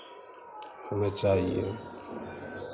होना चाहिए